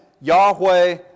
Yahweh